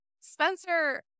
spencer